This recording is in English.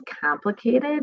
complicated